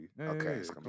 Okay